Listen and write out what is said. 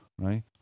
right